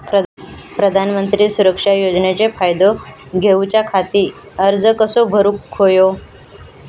प्रधानमंत्री सुरक्षा योजनेचो फायदो घेऊच्या खाती अर्ज कसो भरुक होयो?